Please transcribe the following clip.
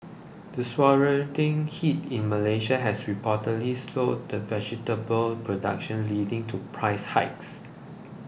the heat in Malaysia has reportedly slowed the vegetable production leading to price hikes